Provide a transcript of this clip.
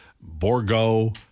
Borgo